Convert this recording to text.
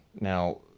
Now